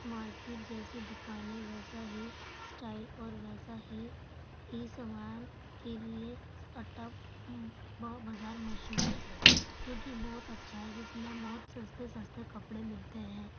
market جیسی دکانیں ویسا ہی سٹائل اور ویسا ہی سامان کے لیے اٹا بازار مشہور ہے جو کہ بہت اچھا ہے جس میں بہت سستے سستے کپڑے ملتے ہیں